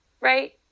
Right